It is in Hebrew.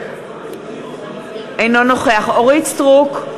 אינו נוכח אורית סטרוק,